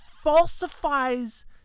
falsifies